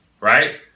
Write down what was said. right